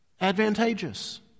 Advantageous